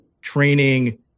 training